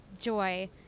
joy